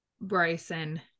Bryson